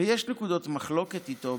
ויש נקודות מחלוקת איתו,